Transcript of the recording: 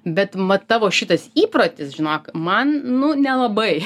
bet va tavo šitas įprotis žinok man nu nelabai